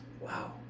Wow